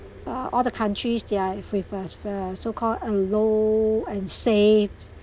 uh all the countries they're with uh uh so call a low and safe